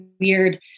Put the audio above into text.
weird